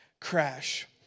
crash